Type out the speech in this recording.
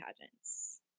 pageants